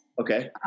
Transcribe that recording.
Okay